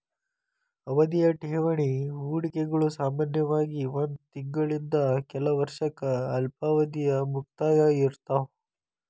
ಅವಧಿಯ ಠೇವಣಿ ಹೂಡಿಕೆಗಳು ಸಾಮಾನ್ಯವಾಗಿ ಒಂದ್ ತಿಂಗಳಿಂದ ಕೆಲ ವರ್ಷಕ್ಕ ಅಲ್ಪಾವಧಿಯ ಮುಕ್ತಾಯ ಇರ್ತಾವ